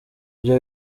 ibyo